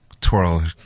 twirl